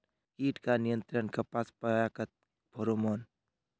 कीट का नियंत्रण कपास पयाकत फेरोमोन?